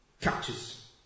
catches